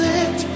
Let